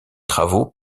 travaux